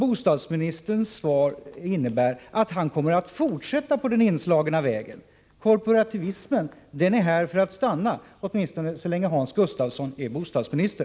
Bostadsministerns svar innebär, såvitt jag förstår, att han kommer att fortsätta på den inslagna vägen — korporativismen är här för att stanna, åtminstone så länge Hans Gustafsson är bostadsminister.